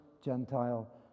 Gentile